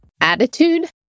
Attitude